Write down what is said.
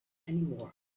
anymore